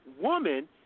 woman